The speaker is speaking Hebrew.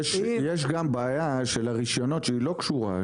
יש גם בעיה של הרישיונות שהיא לא קשורה,